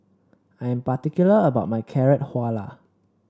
I'm particular about my Carrot Halwa